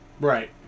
Right